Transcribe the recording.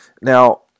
Now